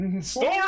Story